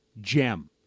gem